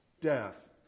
death